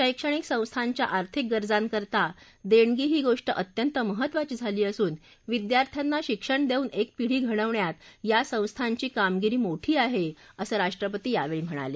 शैक्षणिक संस्थांच्या आर्थिक गरजांकरता देणगी ही गोष्ट अत्यंत महत्त्वाची झाली असून विद्यार्थ्याना शिक्षण देऊन एक पिढी घडवण्यात या संस्थांची कामगिरी मोठी आहे असं राष्ट्रपती यावेळी म्हणाले